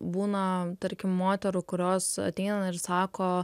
būna tarkim moterų kurios ateina ir sako